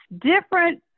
different